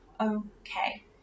okay